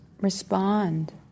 respond